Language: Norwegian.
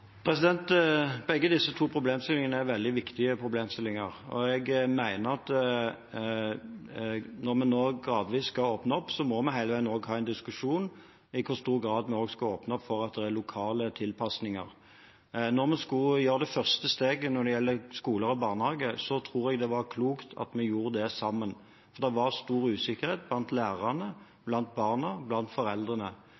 Begge disse problemstillingene er veldig viktige, og jeg mener at når vi nå gradvis skal åpne opp, må vi ha en diskusjon om i hvor stor grad vi skal åpne opp for lokale tilpasninger. Da vi skulle ta det første steget når det gjelder skoler og barnehager, tror jeg det var klokt at vi gjorde det sammen. Det var stor usikkerhet blant